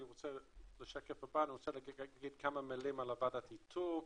אני רוצה להגיד כמה מילים על ועדת האיתור.